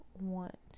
want